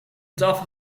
tafel